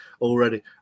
already